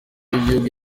y’igihugu